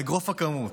האגרוף הקמוץ.